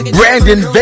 Brandon